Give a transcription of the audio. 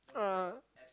uh